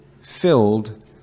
filled